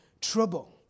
trouble